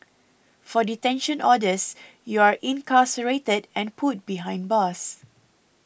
for detention orders you're incarcerated and put behind bars